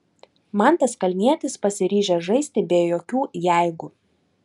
mantas kalnietis pasiryžęs žaisti be jokių jeigu